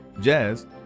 Jazz